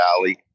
Valley